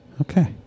okay